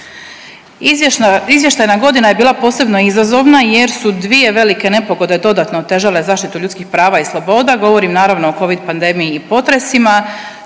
Izvještajna godina je bila posebno izazovna jer su dvije velike nepogode dodatno otežale zaštitu ljudskih prava i sloboda. Govorim, naravno, o covid pandemiji i potresima.